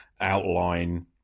outline